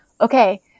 Okay